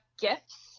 gifts